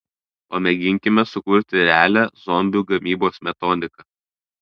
pamėginkime sukurti realią zombių gamybos metodiką